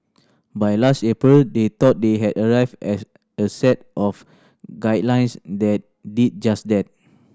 by last April they thought they had arrived at a set of guidelines that did just that